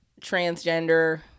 transgender